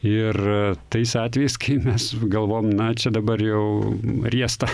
ir tais atvejais kai mes galvojam na čia dabar jau riesta